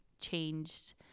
changed